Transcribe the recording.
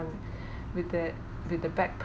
with that with the back